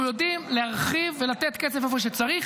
אנחנו יודעים להרחיב ולתת כסף איפה שצריך,